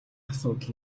асуудал